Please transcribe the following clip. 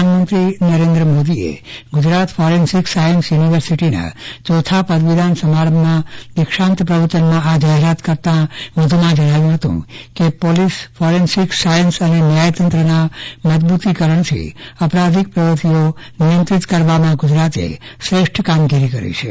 પ્રધાનમંત્રી નરેન્દ્ર મોદીએે Gujarat forensic science યુનિવર્સિટીના ચોથા પદવીદાન સમારંભમાં દીક્ષાંત પ્રવચનમાં આ જાહેરાત કરતાં વધુમાં જણાવ્યું હતું કેપોલીસ ફોરેન્સિક સાયન્સ અને ન્યાયતંત્રના મજબ્રતીકરણથી અપરાધિક પ્રવૃત્તિઓ નિયંત્રિત કરવામાં ગુજરાતે શ્રેષ્ઠ કામગીરી કરી છે